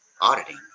auditing